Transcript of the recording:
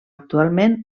actualment